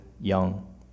young